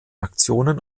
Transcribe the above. aktionen